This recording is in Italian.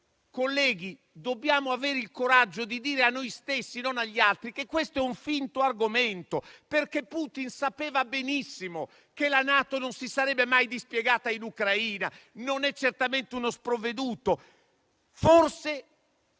Colleghi, dobbiamo avere il coraggio di dire a noi stessi (non agli altri) che questo è un finto argomento, perché Putin sapeva benissimo che la NATO non si sarebbe mai dispiegata in Ucraina (non è certamente uno sprovveduto). Forse,